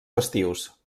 festius